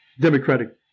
Democratic